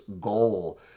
goal